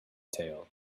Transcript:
tail